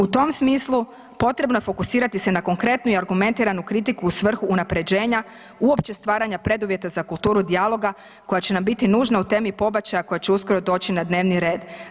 U tom smislu potrebno je fokusirati se na konkretnu i argumentiranu kritiku u svrhu unapređenja uopće stvaranja preduvjeta za kulturu dijaloga koja će nam biti nužna u temi pobačaja koja će uskoro doći na dnevni red.